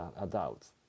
adults